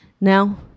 Now